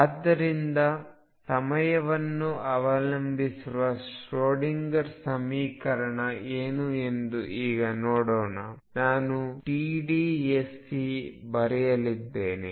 ಆದ್ದರಿಂದ ಸಮಯವನ್ನು ಅವಲಂಬಿಸಿರುವ ಶ್ರೊಡಿಂಗರ್ ಸಮೀಕರಣ ಏನು ಎಂದು ಈಗ ನೋಡೋಣ ನಾನು ಟಿಡಿಎಸ್ಇ ಬರೆಯಲಿದ್ದೇನೆ